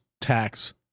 tax